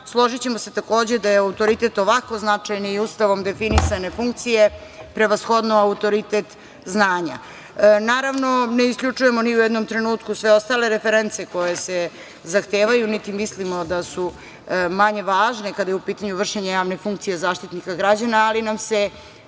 Složićemo se takođe da je autoritet ovako značajne i Ustavom definisane funkcije prevashodno autoritet znanja. Naravno, ne isključujemo ni u jednom trenutku sve ostale reference koje se zahtevaju, niti mislimo da su manje važne kada je u pitanju vršenje javne funkcije Zaštitnika građana, ali nam se